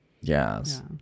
Yes